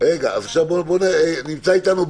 אז אני מוסיף את המילה